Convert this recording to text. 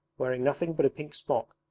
wearing nothing but a pink smock,